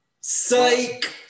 Psych